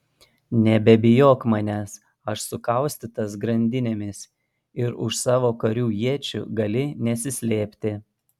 nebebijok manęs aš sukaustytas grandinėmis ir už savo karių iečių gali nesislėpti